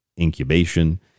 incubation